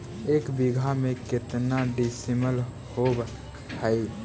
एक बीघा में केतना डिसिमिल होव हइ?